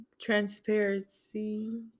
transparency